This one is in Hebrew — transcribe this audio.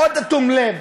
מאוד אטום לב,